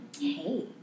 Hey